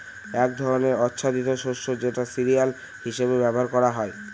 এক ধরনের আচ্ছাদিত শস্য যেটা সিরিয়াল হিসেবে ব্যবহার করা হয়